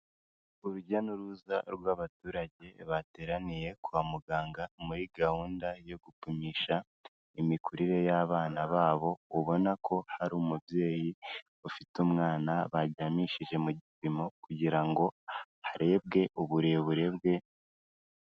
Urujya n'uruza rw'abaturage bateraniye kwa muganga, muri gahunda yo gupimisha imikurire y'abana babo, ubona ko hari umubyeyi ufite umwana baryamishije mu gipimo kugira ngo harebwe uburebure bwe...